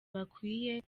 bakwiye